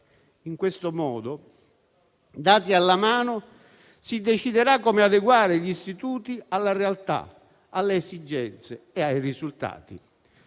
In questo modo, dati alla mano, si deciderà come adeguare gli istituti alla realtà, alle esigenze e ai risultati.